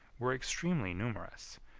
were extremely numerous,